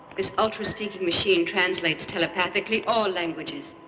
this ultraspeaking machine translates telepathically all languages.